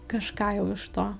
kažką jau iš to